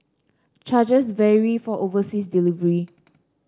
charges vary for overseas delivery